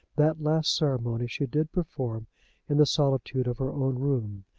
that last ceremony she did perform in the solitude of her own room.